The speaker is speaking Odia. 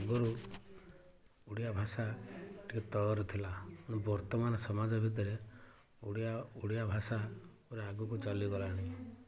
ଆଗରୁ ଓଡ଼ିଆ ଭାଷା ଟିକେ ତଅର ଥିଲା କିନ୍ତୁ ବର୍ତ୍ତମାନ ସମାଜ ଭିତରେ ଓଡ଼ିଆ ଓଡ଼ିଆ ଭାଷା ପୁରା ଆଗକୁ ଚାଲି ଗଲାଣି